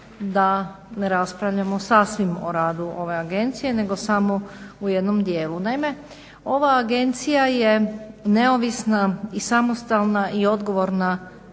da raspravljamo sasvim o radu ove agencije nego samo u jednom dijelu. Naime, ova agencija je neovisna, samostalna i odgovorna